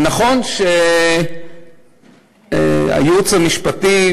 נכון שהייעוץ המשפטי,